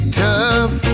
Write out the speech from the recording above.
tough